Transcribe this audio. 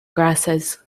grasses